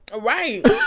Right